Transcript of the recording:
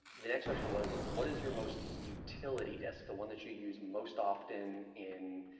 the next session was what is your most utility desk the one that you use most often in